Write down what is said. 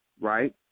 right